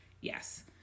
yes